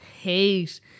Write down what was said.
hate